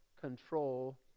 control